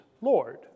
Lord